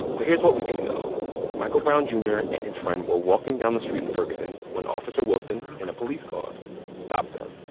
but here's what we do know michael brown jr. and his friend were walking down the street in ferguson when officer wilson in a police car stopped them.